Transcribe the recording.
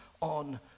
on